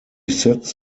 sits